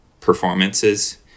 performances